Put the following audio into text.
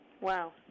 Wow